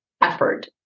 effort